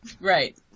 Right